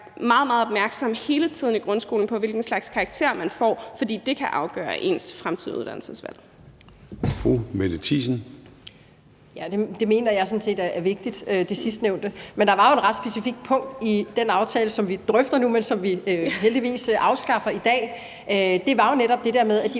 meget opmærksom hele tiden i grundskolen på, hvilken slags karakter man får, fordi detkan afgøre ens fremtidige uddannelsesvalg. Kl. 13:50 Formanden (Søren Gade): Fru Mette Thiesen. Kl. 13:50 Mette Thiesen (UFG): Det sidstnævnte mener jeg sådan set er vigtigt. Men der var jo et ret specifikt punkt i den aftale, som vi drøfter nu, men som vi heldigvis afskaffer i dag, og det var jo netop det der med, at de